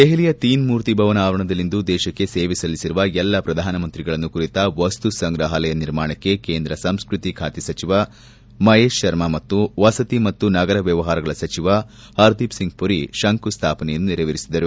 ದೆಹಲಿಯ ತೀನ್ ಮೂರ್ತಿ ಭವನ್ ಆವರಣದಲ್ಲಿಂದು ದೇಶಕ್ಷೆ ಸೇವೆ ಸಲ್ಲಿಸಿರುವ ಎಲ್ಲಾ ಶ್ರಧಾನಮಂತ್ರಿಗಳನ್ನು ಕುರಿತ ವಸ್ತು ಸಂಗ್ರಹಾಲಯ ನಿರ್ಮಾಣಕ್ಕೆ ಕೇಂದ್ರ ಸಂಸ್ಟ್ತಿ ಖಾತೆ ಸಚಿವ ಮಹೇಶ್ ಶರ್ಮಾ ಮತ್ತು ವಸತಿ ಮತ್ತು ನಗರ ವ್ಹವಹಾರಗಳ ಸಚಿವ ಹರ್ ದೀಪ್ ಸಿಂಗ್ ಮರಿ ಶಂಕುಸ್ಥಾಪನೆಯನ್ನು ನೆರವೇರಿಸಿದರು